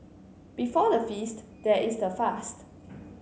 before the feast there is the fast